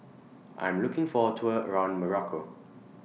I Am looking For A Tour around Morocco